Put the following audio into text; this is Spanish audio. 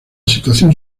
situación